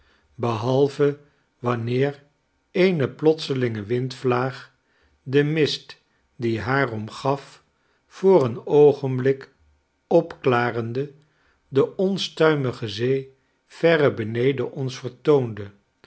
behalve wanneer eene plotselinge windvlaag den mist die haar omgaf voor een oogenblik opklarende de onstuimige zee verre beneden ons vertoonde